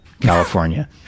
california